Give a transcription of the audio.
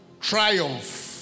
triumph